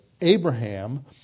abraham